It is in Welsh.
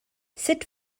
sut